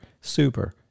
super